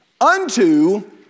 unto